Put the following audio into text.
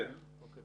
נעבור